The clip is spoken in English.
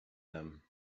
them